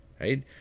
Right